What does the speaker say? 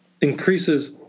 increases